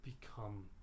become